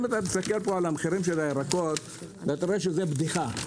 אם אתה מסתכל פה על המחירים של הירקות אתה רואה שזה בדיחה.